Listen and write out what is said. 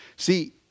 See